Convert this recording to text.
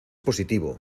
positivo